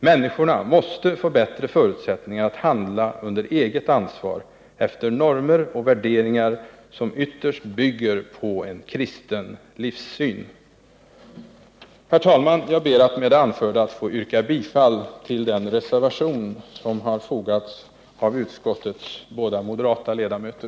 Människorna måste få bättre förutsättningar att handla under eget ansvar, efter normer och värderingar som ytterst bygger på en kristen livssyn. Herr talman! Jag ber med det anförda att få yrka bifall till den reservation som har fogats till detta betänkande av utskottets båda moderata ledamöter.